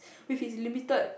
with his limited